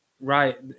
right